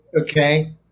Okay